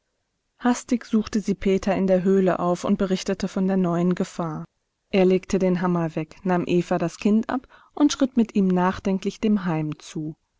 hastig suchte sie peter in der höhle auf und berichtete von der neuen gefahr er legte den hammer weg nahm eva das kind ab und schritt mit ihm nachdenklich dem heim zu